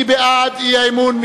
מי בעד האי-אמון?